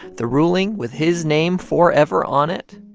the ruling, with his name forever on it,